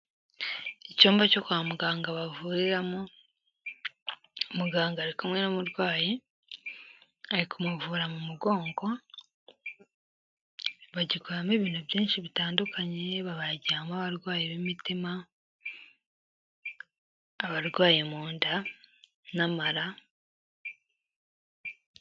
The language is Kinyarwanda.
Icyumba cyo kwa muganga bavuriramo, muganga ari kumwe n'umurwayi ari kumuvura mu mugongo, bagikoreramo ibintu byinshi bitandukanye, babagiramo abarwayi b'imitima, abarwaye mu nda n'amara.